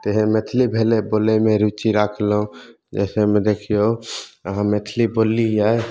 सहए मैथली भेलै बोलैमे रुचि राखलहुँ जाहि से एहिमे देखियौ अहाँ मैथली बोललियै